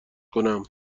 کنم